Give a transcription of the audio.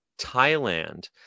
Thailand